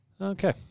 Okay